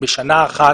בשנה אחת,